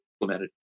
implemented